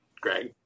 Greg